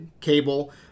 Cable